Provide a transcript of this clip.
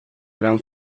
gran